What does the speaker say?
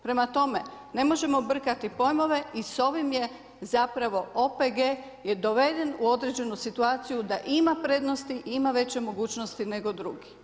Prema tome, ne možemo brkati pojmove i s ovim je zapravo OPG je doveden u određenu situaciju da ima prednosti, ima veće mogućnosti nego drugi.